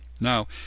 Now